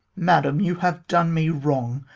madam, you have done me wrong,